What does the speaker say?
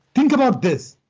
think about this.